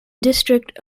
district